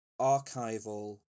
archival